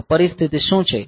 તો પરિસ્થિતિ શું છે